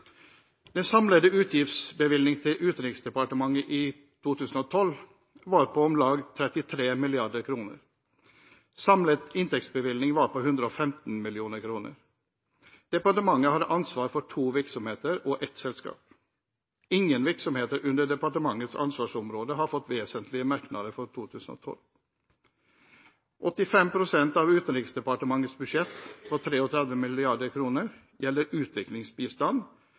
Den samlede utgiftsbevilgning til Utenriksdepartementet i 2012 var på om lag 33 mrd. kr. Samlet inntektsbevilgning var på 115 mill. kr. Departementet har ansvaret for to virksomheter og ett selskap. Ingen virksomheter under departementets ansvarsområde har fått vesentlige merknader for 2012. 85 pst. av Utenriksdepartementets budsjett på 33 mrd. kr gjelder utviklingsbistand,